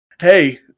hey